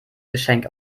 geschenk